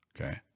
Okay